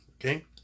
okay